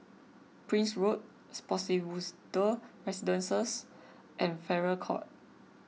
Prince Road Spottiswoode Residences and Farrer Court